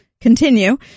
continue